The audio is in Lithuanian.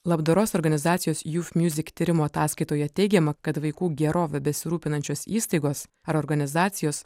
labdaros organizacijos youth music tyrimo ataskaitoje teigiama kad vaikų gerove besirūpinančios įstaigos ar organizacijos